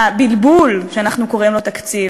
הבלבול שאנחנו קוראים לו "תקציב",